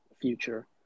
future